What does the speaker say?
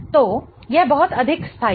तो यह बहुत अधिक स्थाई है